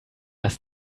das